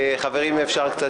חברים, אפשר קצת